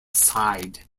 side